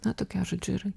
na tokia žodžiu ir